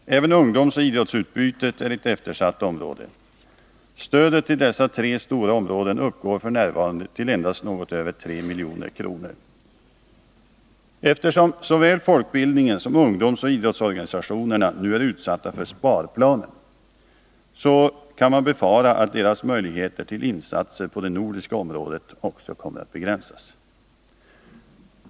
Även ungdomsoch idrottsutbytet är eftersatt. Stödet till dessa tre stora områden uppgår f.n. till endast något över 3 milj.kr. Eftersom såväl folkbildningnen som ungdomsoch idrottsorganisationerna nu är utsatta för sparplanen, kan man befara att deras möjligheter till insatser på det nordiska området också kommer att begränsas.